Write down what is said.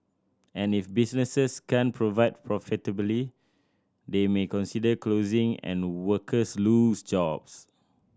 and if businesses can't provide profitably they may consider closing and workers lose jobs